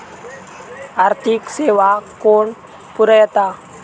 आर्थिक सेवा कोण पुरयता?